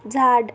झाड